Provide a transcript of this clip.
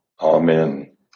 Amen